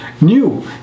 new